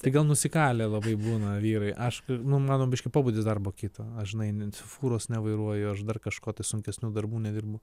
tai gal nusikalę labai būna vyrai aš nu mano biškį pobūdis darbo kito aš žinai fūros nevairuoju aš dar kažko tai sunkesnių darbų nedirbu